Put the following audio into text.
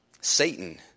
Satan